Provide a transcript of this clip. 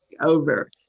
over